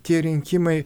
tie rinkimai